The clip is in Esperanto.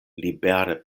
libere